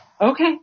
Okay